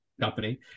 company